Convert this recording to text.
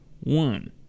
one